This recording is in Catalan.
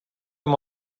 amb